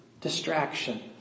distraction